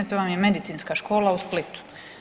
To vam je medicinska škola u Splitu.